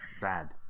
bad